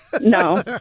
No